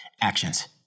Actions